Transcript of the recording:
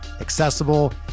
accessible